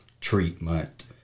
treatment